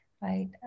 right